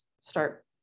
start